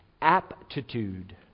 Aptitude